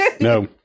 no